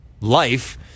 life